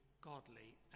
godly